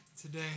today